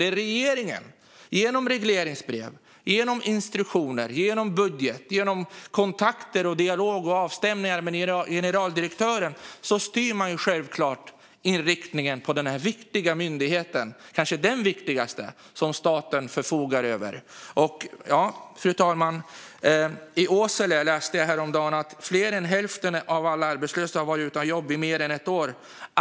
Det är regeringen som genom regleringsbrev, genom instruktioner, genom budget och genom kontakter, dialog och avstämningar med generaldirektören självklart styr inriktningen på denna viktiga myndighet - kanske den viktigaste som staten förfogar över. Fru talman! Jag läste häromdagen att i Åsele har fler än hälften av alla arbetslösa varit utan jobb i mer än ett år.